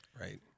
Right